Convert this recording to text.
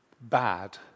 bad